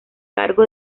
cargo